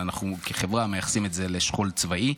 אבל כחברה אנחנו מייחסים את זה לשכול צבאי.